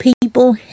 people